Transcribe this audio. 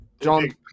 John